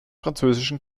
französischen